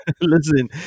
Listen